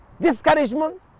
discouragement